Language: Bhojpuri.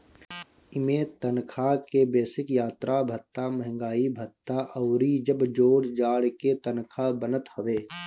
इमें तनखा के बेसिक, यात्रा भत्ता, महंगाई भत्ता अउरी जब जोड़ जाड़ के तनखा बनत हवे